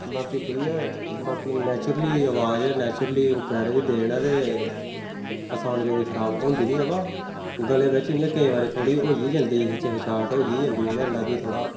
बाकी ठीक ऐ बाकी नैचरूली अवाज ऐ नैचरूली उप्परै आह्ले दी देन ऐ ते असान करियै खराब होंदी नेईं ऐ ब गले बिच्च इयां केईं बारी थोह्ड़ी ओह् होई ई जंदी हिच हिचाहट होई ई जन्दी ओह्दे कन्नै थोड़ा